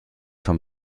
vom